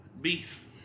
beef